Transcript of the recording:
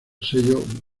sello